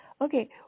Okay